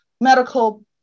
medical